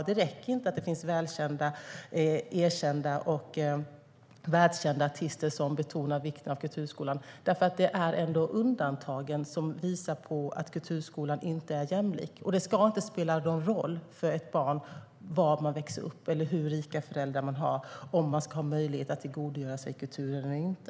Det räcker inte att det finns välkända, erkända och världskända artister som betonar vikten av kulturskolan eftersom de är undantagen som visar att kulturskolan inte är jämlik. Det ska inte spela någon roll för ett barn var man växer upp eller hur rika föräldrar man har om man ska ha möjlighet att tillgodogöra sig kulturen eller inte.